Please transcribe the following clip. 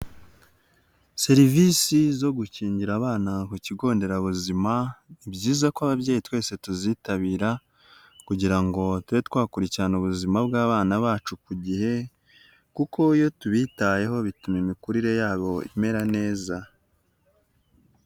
Serivisi zo gukingira abana ku kigo nderabuzima, ni byiza ko ababyeyi twese tuzitabira kugira ngo tube twakurikirana ubuzima bw'abana bacu ku gihe kuko iyo tubitayeho bituma imikurire yabo imera neza.